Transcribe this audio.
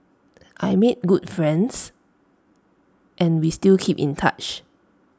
I made good friends and we still keep in touch